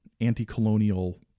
anti-colonial